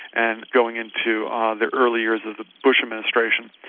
and going into um the early years of the bush administration,